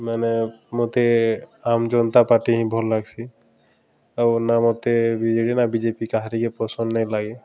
ମାନେ ମତେ ଆମ୍ ଜନ୍ତା ପାର୍ଟି ହିଁ ଭଲ୍ ଲାଗ୍ସି ଆଉ ନା ମତେ ବି ଜେ ଡ଼ି ନା ବି ଜେ ପି କାହାରିକେ ପସନ୍ଦ୍ ନାଇଁ ଲାଗେ